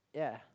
ya